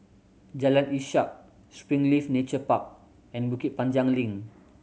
Jalan Ishak Springleaf Nature Park and Bukit Panjang Link